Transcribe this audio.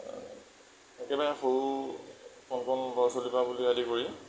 একেবাৰে সৰু কণ কণ ল'ৰা ছোৱালীৰ পৰা বুলি আদি কৰি